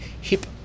hip